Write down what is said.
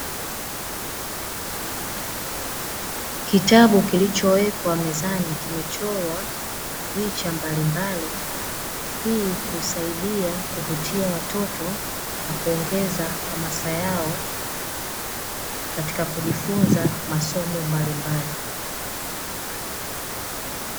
Kitabu kilichowekwa mezani kimechorwa picha mbalimbali. Hii husaidia kuvutia watoto na kuongeza hamasa yao katika kujifunza masomo mbalimbali.